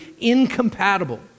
incompatible